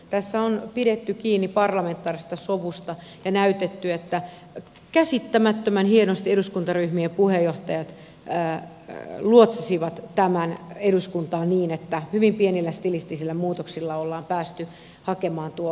tässä on pidetty kiinni parlamentaarisesta sovusta ja käsittämättömän hienosti eduskuntaryhmien puheenjohtajat luotsasivat tämän eduskuntaan niin että hyvin pienillä stilistisillä muutoksilla on päästy hakemaan tuo lopputulos